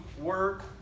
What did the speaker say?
work